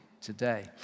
today